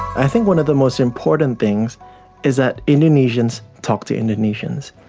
i think one of the most important things is that indonesians talk to indonesians,